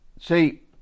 See